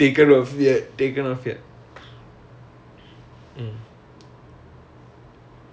ya it yesterday I was telling hub right because even